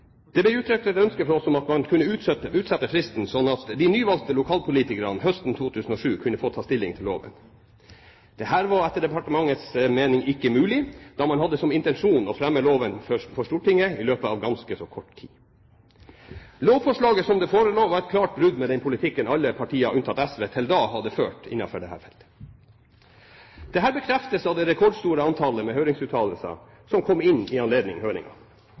Det ble uttrykt et ønske fra oss om å utsette fristen, slik at de nyvalgte lokalpolitikerne høsten 2007 kunne få ta stilling til loven. Dette var etter departementets mening ikke mulig, da man hadde som intensjon å fremme loven for Stortinget i løpet av ganske kort tid. Lovforslaget var, som det forelå, et klart brudd med den politikken alle partier unntatt SV til da hadde ført på dette feltet. Dette bekreftes av det rekordstore antallet høringsinstanser som kom inn i anledning